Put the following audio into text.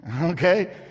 Okay